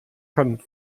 kann